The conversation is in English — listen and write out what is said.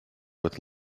with